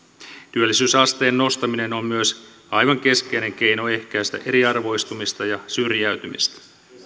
työllisyysasteen nostaminen on myös aivan keskeinen keino ehkäistä eriarvoistumista ja syrjäytymistä